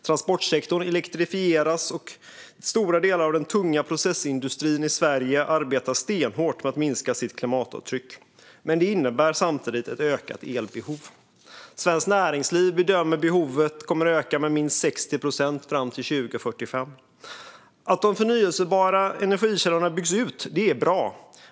Transportsektorn elektrifieras och stora delar av den tunga processindustrin i Sverige arbetar stenhårt med att minska sitt klimatavtryck, men det innebär samtidigt ett ökat elbehov. Svenskt Näringsliv bedömer att behovet kommer att öka med minst 60 procent fram till 2045. Att de förnybara energikällorna byggs ut är bra.